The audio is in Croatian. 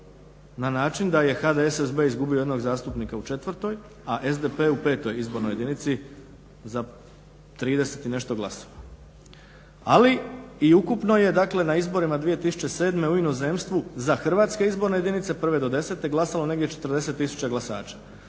na način da je HDSSB izgubio jednog zastupnika u 4., a SDP u 5 izbornoj jedinici za 30 i nešto glasova. Ali i ukupno je dakle na izborima 2007. u inozemstvu za hrvatske izborne jedinice 1. do 10. glasalo 40 tisuća glasača,